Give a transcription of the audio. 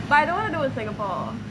but I don't want to do in singapore